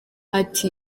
ati